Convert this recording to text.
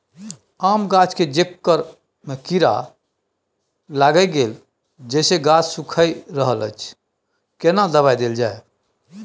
आम गाछ के जेकर में कीरा लाईग गेल जेसे गाछ सुइख रहल अएछ केना दवाई देल जाए?